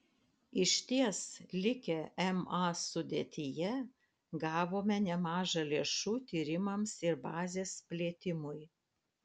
išties likę ma sudėtyje gavome nemaža lėšų tyrimams ir bazės plėtimui